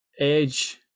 age